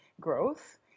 growth